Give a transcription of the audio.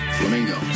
Flamingo